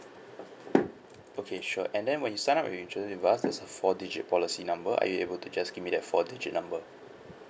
okay sure and then when you sign up your insurance with us there's four digit policy number are you able to just give me that four digit number